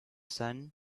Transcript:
sun